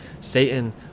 Satan